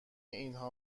اینها